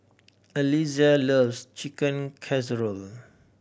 Eliza loves Chicken Casserole